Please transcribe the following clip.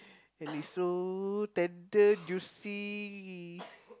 and it's so tender juicy